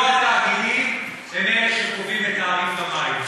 לא התאגידים הם שקובעים את תעריף המים,